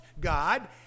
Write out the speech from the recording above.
God